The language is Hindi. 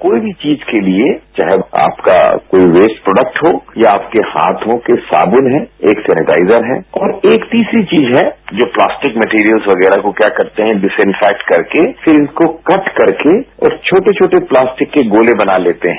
कोई भी चीज के लिए चाहे वो आपका कोई वेस्ट प्रोडक्ट हो या आपके हाथों के साबुन है एक सैनिटाइजर है और एक तीसरी चीज है जो प्लास्टिक मैटीरियल्स वगैरह को क्या करते हैं डिस्इनर्फेक्ट करके फिर इनको कट ्करके और छोटे छोटे प्लास्टिक के गोले बना लेते हैं